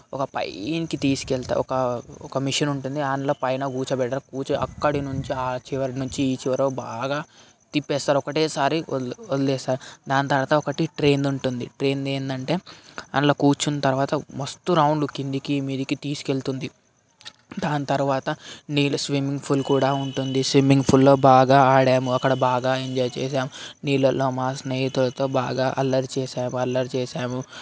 ఒక పైకి తీసుకెళ్తాది ఒక మిషన్ ఉంటుంది అందులో పైన కూర్చోబెడతారు కూర్చొని అక్కడ నుంచి ఆ చివర నుంచి ఈ చివరి వరకు బాగా తిప్పేస్తారు ఒకటేసారి వదిలే వదిలేస్తారు దాని తర్వాత ఒకటి ట్రైన్ ఉంటుంది ట్రైన్ ఏంటంటే అందులో కూర్చున్న తర్వాత మస్తు రౌండ్ కిందకి మీదకి తీసుకువెళ్తుంది దాని తర్వాత నేను స్విమ్మింగ్ పూల్ కూడా ఉంటుంది స్విమ్మింగ్ పూల్లో బాగా ఆడాము అక్కడ బాగా ఎంజాయ్ చేశాము నీళ్ళలో మా స్నేహితుల్లో బాగా అల్లరి చేసే వాళ్ళము అల్లరి చేసాము